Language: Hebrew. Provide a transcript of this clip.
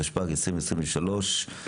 התשפ"ג 2023 ,